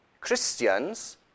Christians